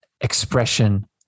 expression